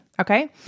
Okay